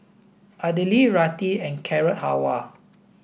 Idili Raita and Carrot Halwa